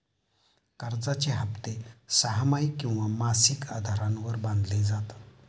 कर्जाचे हप्ते सहामाही किंवा मासिक आधारावर बांधले जातात